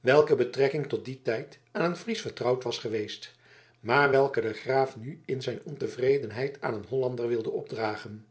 welke betrekking tot dien tijd aan een fries vertrouwd was geweest maar welke de graaf nu in zijn ontevredenheid aan een hollander wilde opdragen